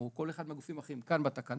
או כל אחד מהגופים האחרים כאן בתקנה.